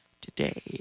today